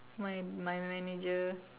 my my manager